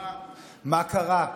מה לעשות,